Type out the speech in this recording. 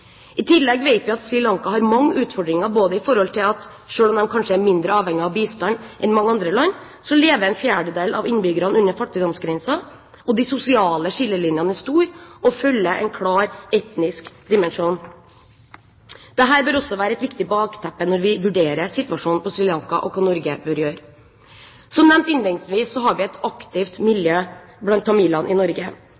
I tillegg vet vi at Sri Lanka har mange utfordringer, for selv om de kanskje er mindre avhengige av bistand enn mange andre land, lever en fjerdedel av innbyggerne under fattigdomsgrensen, og de sosiale skillelinjene er store og følger en klart etnisk dimensjon. Dette bør også være et viktig bakteppe når vi vurderer situasjonen på Sri Lanka og hva Norge bør gjøre. Som nevnt innledningsvis, har vi et aktivt